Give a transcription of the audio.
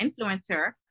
influencer